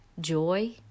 joy